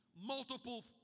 multiple